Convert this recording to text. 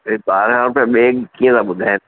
इहे ॿारहां रुपए ॿिया कीअं था बुधायानि